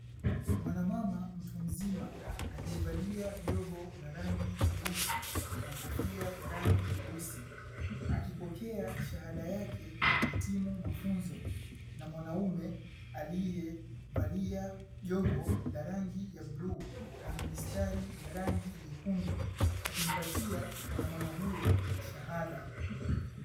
Mwanamama mtu mzima aliyevalia joho la rangi nyeusi na kofia ya rangi nyeusi, akipokea shahada yake ya kuhitimu mafunzo na mwanaume aliyevalia joho la rangi ya bluu na mistari ya rangi nyekundu, akimpatia mwanamama huyo shahada.